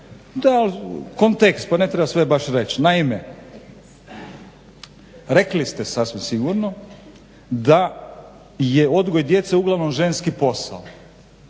da kontekst. Pa ne treba sve baš reć. Naime, rekli ste sasvim sigurno da je odgoj djece uglavnom ženski posao.